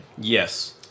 Yes